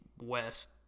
West